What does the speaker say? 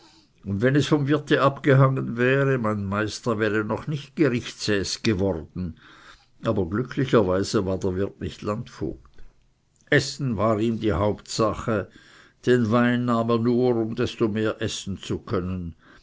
und wenn es vom wirte abgehangen wäre mein meister wäre noch nicht gerichtsäß geworden aber glücklicherweise war der wirt nicht landvogt essen war ihm die hauptsache den wein nahm er nur um desto mehr essen zu können